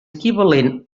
equivalent